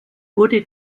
wurde